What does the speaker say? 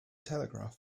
telegraph